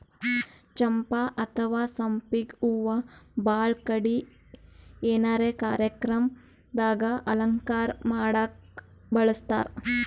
ಚಂಪಾ ಅಥವಾ ಸಂಪಿಗ್ ಹೂವಾ ಭಾಳ್ ಕಡಿ ಏನರೆ ಕಾರ್ಯಕ್ರಮ್ ದಾಗ್ ಅಲಂಕಾರ್ ಮಾಡಕ್ಕ್ ಬಳಸ್ತಾರ್